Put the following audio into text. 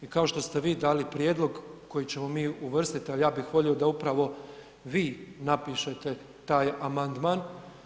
I kao što ste vi dali prijedlog koji ćemo mi uvrstit, ali ja bih volio da upravo vi napišete taj amandman.